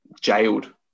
jailed